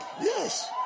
Yes